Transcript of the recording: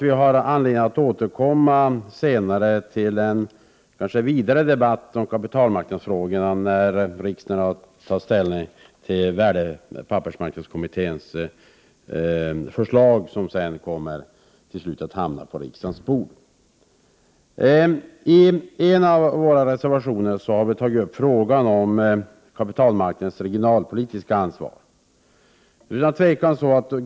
Vi har anledning att återkomma senare till en kanske vidare debatt om kapitalmarknadsfrågorna, när riksdagen har att ta ställning till värdepappersmarknadskommitténs förslag, som till slut kommer att hamna på riksdagens bord. I en av våra reservationer har vi tagit upp frågan om kapitalmarknadens regionalpolitiska ansvar.